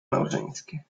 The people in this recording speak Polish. małżeńskie